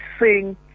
sing